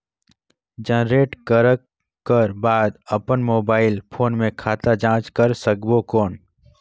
Generate करक कर बाद अपन मोबाइल फोन मे खाता जांच कर सकबो कौन?